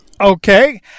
Okay